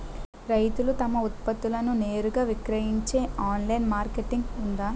రైతులు తమ ఉత్పత్తులను నేరుగా విక్రయించే ఆన్లైన్ మార్కెట్ ఉందా?